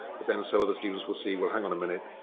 but then some other students will see, well, hang on a minute.